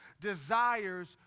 desires